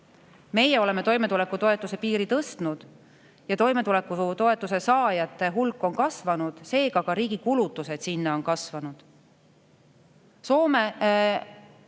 Meie oleme toimetulekutoetuse piiri tõstnud ja toimetulekutoetuse saajate hulk on kasvanud, seega ka riigi kulutused sinna on kasvanud. Soome